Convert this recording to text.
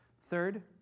Third